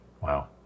Wow